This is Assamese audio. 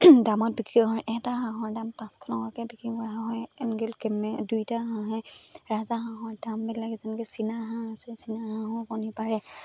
দামত বিক্ৰী কৰা হয় এটা হাঁহৰ দাম পাঁচশ টকাকৈ বিক্ৰী কৰা হয় এনেকৈ কেম্বেল দুয়োটা হাঁহেই ৰাজহাঁহৰ দামবিলাক যেনেকৈ চিনাহাঁহ আছে চিনাহাঁহেও কণী পাৰে